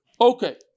Okay